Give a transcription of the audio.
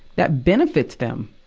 that benefits them.